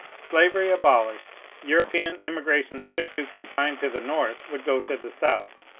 slavery abolished, european emigration hitherto confined to the north would go to the south.